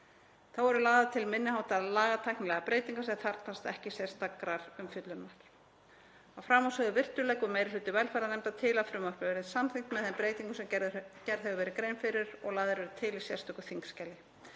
Þá eru lagðar til minni háttar lagatæknilegar breytingar sem þarfnast ekki sérstakrar umfjöllunar. Að framansögðu virtu leggur meiri hluti velferðarnefndar til að frumvarpið verði samþykkt með þeim breytingum sem gerð hefur verið grein fyrir og lagðar eru til í sérstöku þingskjali.